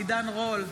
אינו נוכח עידן רול,